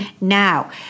Now